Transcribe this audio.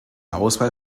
auswahl